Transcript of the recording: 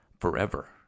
forever